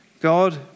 God